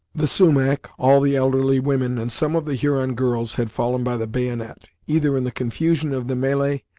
the sumach, all the elderly women, and some of the huron girls, had fallen by the bayonet, either in the confusion of the melee,